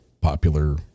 popular